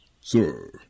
Sir